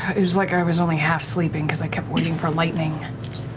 it was like i was only half sleeping because i kept waiting for lightning.